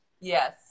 Yes